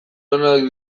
onak